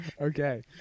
Okay